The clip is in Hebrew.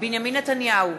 בנימין נתניהו,